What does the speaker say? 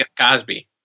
Cosby